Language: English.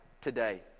today